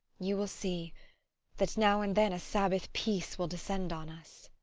you will see that now and then a sabbath peace will descend on us.